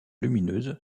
lumineuse